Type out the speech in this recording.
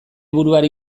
buruari